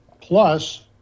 Plus